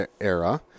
era